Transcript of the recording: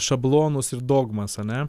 šablonus ir dogmas a ne